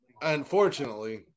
unfortunately